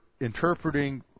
interpreting